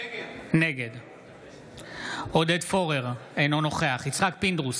נגד עודד פורר, אינו נוכח יצחק פינדרוס,